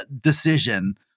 decision